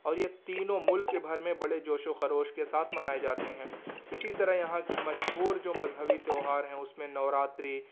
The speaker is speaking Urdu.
اور یہ تینوں ملک بھر میں بڑے جوش و خروش کے ساتھ منائے جاتے ہیں اسی طرح یہاں کی مشہور جو مذہبی تیوہار ہیں اس میں نو راتری